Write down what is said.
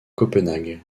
copenhague